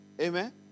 Amen